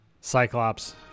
Cyclops